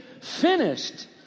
finished